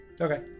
Okay